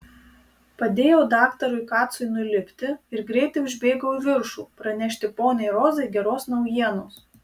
padėjau daktarui kacui nulipti ir greitai užbėgau į viršų pranešti poniai rozai geros naujienos